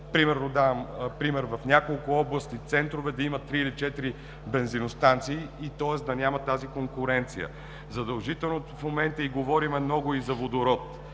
Давам пример: в няколко областни центрове да има три или четири бензиностанции, тоест да я няма тази конкуренция. Задължително в момента говорим много и за водород.